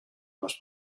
las